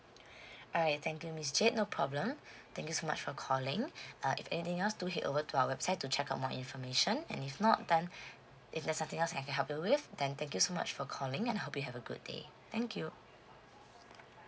alright thank you miss jade no problem thank you so much for calling uh if anything else do head over to our website to check out more information and if not done if there's nothing else I can help you with then thank you so much for calling and hope you have a good day thank you